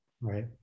Right